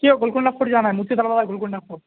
کے گولکنڈہ فوٹ جانا ہے گولکنڈہ فورٹ سے